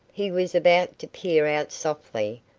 he was about to peer out softly,